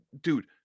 dude